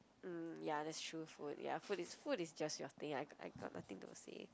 mm ya that's true food ya food is food is just your thing I got I got nothing to say